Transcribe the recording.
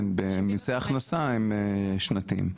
במיסי הכנסה הם שנתיים.